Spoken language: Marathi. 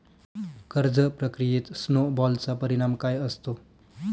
कर्ज प्रक्रियेत स्नो बॉलचा परिणाम काय असतो?